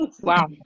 Wow